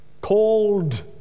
called